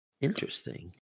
Interesting